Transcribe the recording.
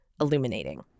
illuminating